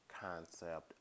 concept